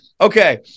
Okay